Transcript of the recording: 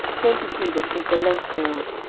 twenty cubits was the length thereof,